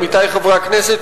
עמיתי חברי הכנסת,